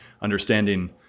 understanding